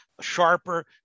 sharper